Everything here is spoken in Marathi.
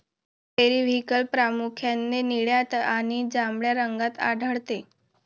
पेरिव्हिंकल प्रामुख्याने निळ्या आणि जांभळ्या रंगात आढळते